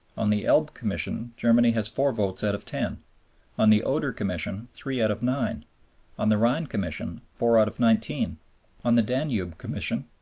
on the elbe commission germany has four votes out of ten on the oder commission three out of nine on the rhine commission four out of nineteen on the danube commission,